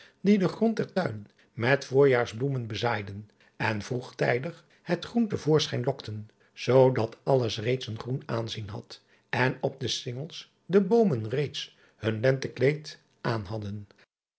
die den grond der tuinen met voorjaars bloemen bezaaiden en vroegtijdig het groen te voorschijn lokten zoodat alles reeds een groen aanzien had en op de cingels de boomen reeds hun lentekleed aan hadden